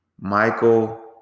Michael